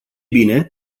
bine